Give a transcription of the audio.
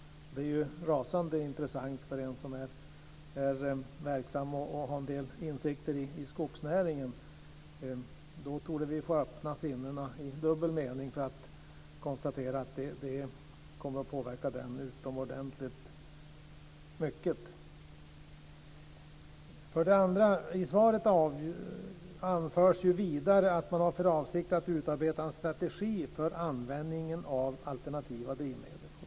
Det är rasande intressant för en som är verksam och har en del insikter i skogsnäringen. Då torde vi få öppna sinnena i dubbel mening, för att konstatera att det kommer att påverka den utomordentligt mycket. I svaret anförs vidare att man har för avsikt att utarbeta en strategi för användningen av alternativa drivmedel.